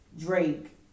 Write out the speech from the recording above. Drake